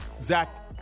Zach